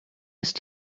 ist